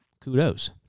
kudos